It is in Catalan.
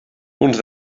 uns